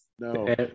No